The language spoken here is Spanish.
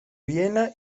viena